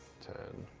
ten,